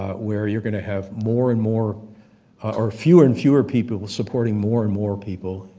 where you're going to have more and more or fewer and fewer people supporting more and more people